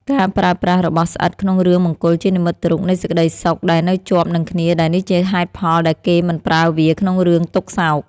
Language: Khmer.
ការប្រើប្រាស់របស់ស្អិតក្នុងរឿងមង្គលជានិមិត្តរូបនៃសេចក្តីសុខដែលនៅជាប់នឹងគ្នាដែលនេះជាហេតុផលដែលគេមិនប្រើវាក្នុងរឿងទុក្ខសោក។